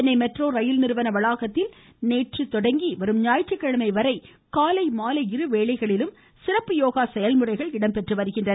Chennai metro rail நிறுவன வளாகத்தில் நேற்றுமுதல் வரும் ஞாயிற்றுக்கிழமை வரை காலை மாலை இரு வேளைகளிலும் சிறப்பு யோகா செயல்முறைகள் இடம்பெறுகின்றன